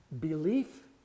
belief